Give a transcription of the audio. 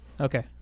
Okay